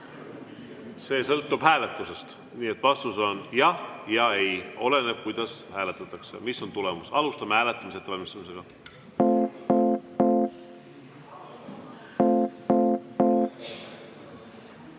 See sõltub hääletustest. Nii et vastus on jah ja ei. Oleneb, kuidas hääletatakse ja mis on tulemus. Alustame hääletamise ettevalmistamist.